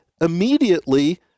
immediately